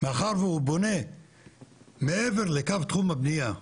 מאחר והוא בונה מעבר לקו תחום הבנייה,